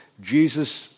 Jesus